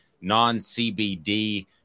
non-cbd